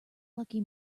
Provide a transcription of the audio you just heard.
lucky